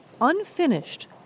Unfinished